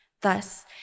Thus